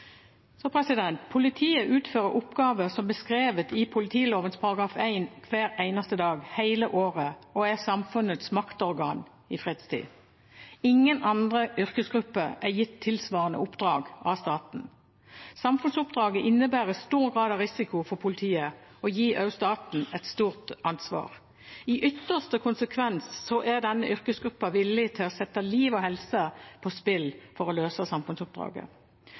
Politiet utfører oppgaver som beskrevet i politiloven § 1 hver eneste dag, hele året, og er samfunnets maktorgan i fredstid. Ingen andre yrkesgrupper er gitt tilsvarende oppdrag av staten. Samfunnsoppdraget innebærer stor grad av risiko for politiet og gir også staten et stort ansvar. I ytterste konsekvens er denne yrkesgruppen villig til å sette liv og helse på spill for å løse samfunnsoppdraget.